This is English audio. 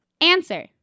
answer